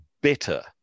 better